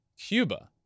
cuba